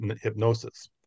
hypnosis